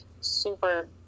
super